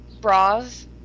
bras